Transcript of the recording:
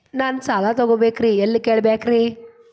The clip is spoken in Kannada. ನಾನು ಸಾಲ ತೊಗೋಬೇಕ್ರಿ ಎಲ್ಲ ಕೇಳಬೇಕ್ರಿ?